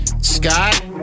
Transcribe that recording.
Scott